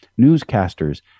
newscasters